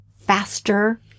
faster